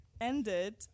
ended